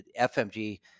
Fmg